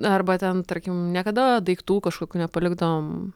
arba ten tarkim niekada daiktų kažkokių nepalikdavom